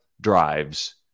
drives